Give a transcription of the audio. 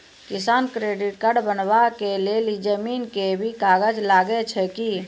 किसान credit card बनबा के लेल जमीन के भी कागज लागै छै कि?